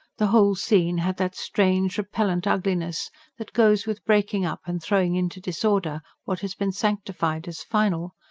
the whole scene had that strange, repellent ugliness that goes with breaking up and throwing into disorder what has been sanctified as final,